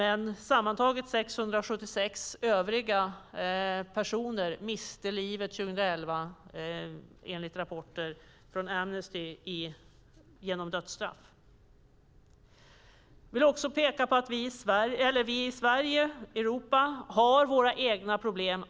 Enligt rapporter från Amnesty vet vi dock att 676 personer i övriga världen miste livet genom dödsstraff under 2011. I Sverige och Europa har vi alltjämt våra egna problem.